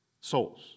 Souls